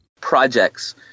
Projects